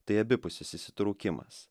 tai abipusis įsitraukimas